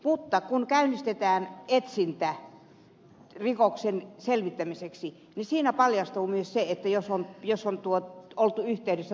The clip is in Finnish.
mutta kun käynnistetään etsintä rikoksen selvittämiseksi niin siinä paljastuu myös se jos on oltu yhteydessä toimittajiin